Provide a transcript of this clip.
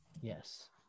Yes